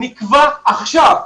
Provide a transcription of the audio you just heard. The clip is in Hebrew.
נקבע עכשיו,